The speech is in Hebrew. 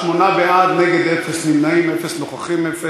שמונה בעד, נגד, אין, נמנעים, אין, נוכחים, אין.